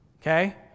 okay